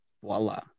Voila